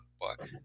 book